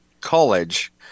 college